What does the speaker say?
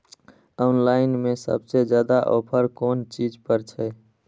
Online में सबसे ज्यादा ऑफर कोन चीज पर छे?